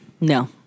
No